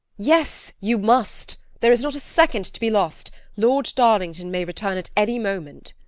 yes, you must! there is not a second to be lost. lord darlington may return at any moment.